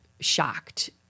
Shocked